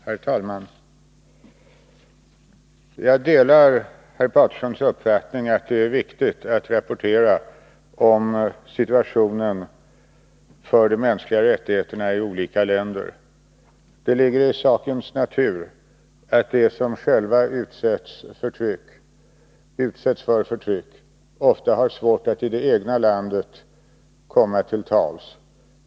Herr talman! Jag delar herr Patersons uppfattning att det är viktigt att rapportera om situationen i fråga om de mänskliga rättigheterna i olika länder. Det ligger i sakens natur att de som själva utsätts för förtryck ofta har svårt att i det egna landet komma till tals.